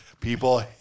People